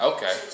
Okay